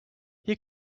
you